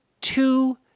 two